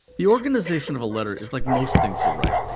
the organization of a letter is like most things you'll write.